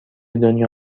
دنیا